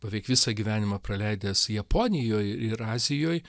beveik visą gyvenimą praleidęs japonijoj ir azijoj